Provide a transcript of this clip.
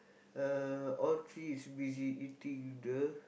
uh all three is busy eating with the